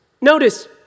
Notice